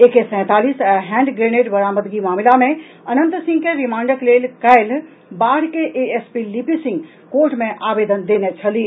ए K सैंतालीस आ hand grenade बरामदगी मामिला मे अनंत सिंह के रिमांडक लेल काल्हि बाढ़ के एएसपी लिपि सिंह कोर्ट मे आवेदन देने छलीह